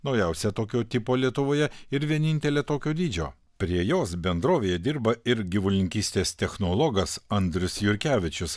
naujausia tokio tipo lietuvoje ir vienintelė tokio dydžio prie jos bendrovėje dirba ir gyvulininkystės technologas andrius jurkevičius